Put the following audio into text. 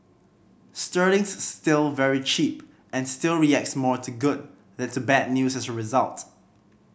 sterling's still very cheap and still reacts more to good than to bad news as a result